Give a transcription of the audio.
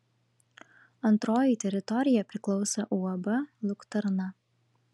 antroji teritorija priklauso uab luktarna